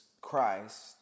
Christ